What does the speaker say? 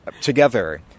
together